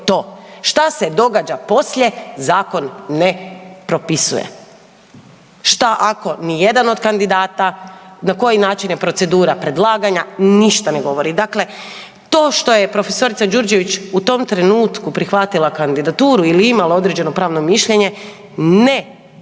Što se događa poslije, zakon ne propisuje. Što ako ni jedan od kandidata, na koji način je procedura predlaganja, ništa ne govori. Dakle, to što je profesorica Đurđević u tom trenutku prihvatila kandidaturu ili imala određeno pravno mišljenje ne uopće